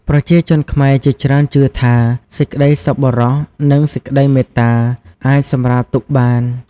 ប្រជាជនខ្មែរជាច្រើនជឿថា សេចក្តីសប្បុរស និងសេចក្តីមេត្តា អាចសម្រាលទុក្ខបាន។